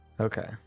okay